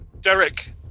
Derek